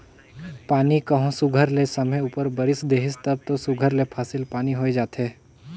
पानी कहों सुग्घर ले समे उपर बरेस देहिस तब दो सुघर ले फसिल पानी होए जाथे